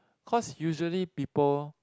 cause usually people